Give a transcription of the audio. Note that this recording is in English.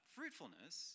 fruitfulness